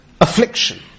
Affliction